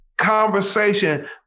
conversation